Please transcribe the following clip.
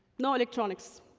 no electronics,